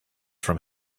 from